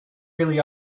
really